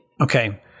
Okay